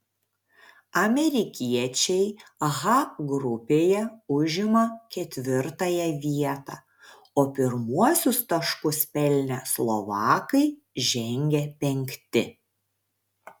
amerikiečiai h grupėje užima ketvirtąją vietą o pirmuosius taškus pelnę slovakai žengia penkti